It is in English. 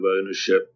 ownership